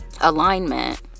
alignment